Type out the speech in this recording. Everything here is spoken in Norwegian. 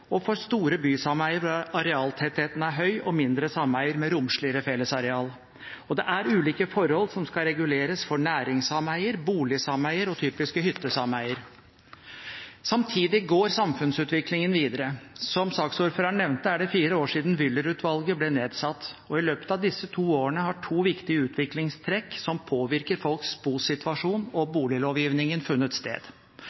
og nye sameier, for store bysameier hvor arealtettheten er høy, og mindre sameier med romsligere fellesareal. Og det er ulike forhold som skal reguleres for næringssameier, boligsameier og typiske hyttesameier. Samtidig går samfunnsutviklingen videre. Som saksordføreren nevnte er det fire år siden Wyller-utvalget ble nedsatt. I løpet av disse årene har to viktige utviklingstrekk som påvirker folks bosituasjon og